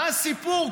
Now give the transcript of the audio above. מה הסיפור?